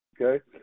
Okay